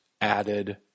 added